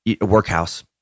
workhouse